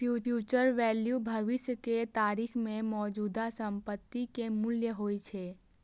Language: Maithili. फ्यूचर वैल्यू भविष्य के तारीख मे मौजूदा संपत्ति के मूल्य होइ छै